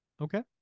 okay